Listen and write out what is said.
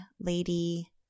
lady